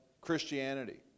Christianity